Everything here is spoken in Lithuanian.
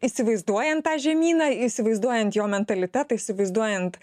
įsivaizduojant tą žemyną įsivaizduojant jo mentalitetą įsivaizduojant